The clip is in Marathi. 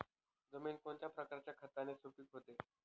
जमीन कोणत्या प्रकारच्या खताने सुपिक होते?